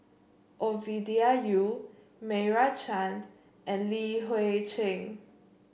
Ovidia Yu Meira Chand and Li Hui Cheng